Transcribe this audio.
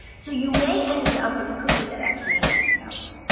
so you may end up with a cookie that actually has more calories.